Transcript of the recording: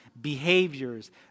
behaviors